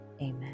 amen